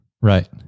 right